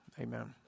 Amen